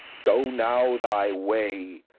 go now thy way,